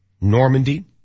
Normandy